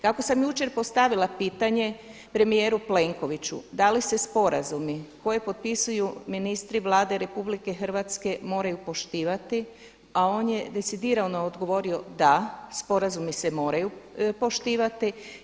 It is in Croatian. Tako sam jučer postavila pitanje premijeru Plenkoviću, da li se sporazumi koje potpisuju ministri Vlade RH moraju poštivati, a on je decidirano odgovorio da, sporazumi se moraju poštivati.